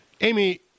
Amy